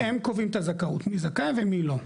נכון, הם קובעים את הזכאות, מי זכאי ומי לא.